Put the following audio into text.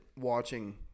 watching